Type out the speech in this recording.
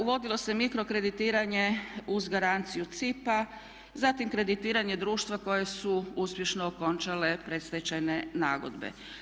Uvodilo se mikrokreditiranje uz garanciju CIP-a, zatim kreditiranje društva koje su uspješno okončale predstečajne nagodbe.